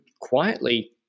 quietly